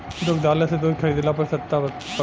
दुग्धालय से दूध खरीदला पर सस्ता पड़ेला?